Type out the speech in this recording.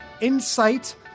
Insight